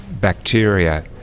bacteria